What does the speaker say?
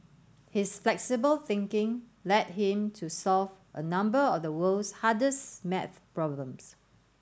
his flexible thinking led him to solve a number of the world's hardest maths problems